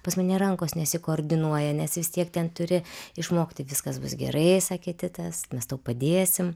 pas mane rankos nesikoordinuoja nes vis tiek ten turi išmokti viskas bus gerai sakė titas mes tau padėsim